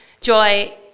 Joy